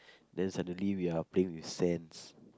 then suddenly we are playing with sand